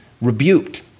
rebuked